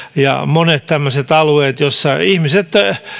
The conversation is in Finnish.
ja monet tämmöiset alueet joissa ihmiset